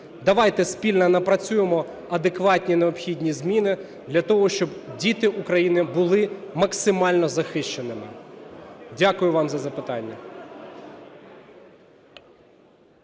Давайте спільно напрацюємо адекватні необхідні зміни для того, щоб діти України були максимально захищеними. Дякую вам за запитання.